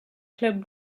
club